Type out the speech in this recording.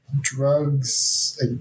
Drugs